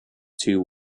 two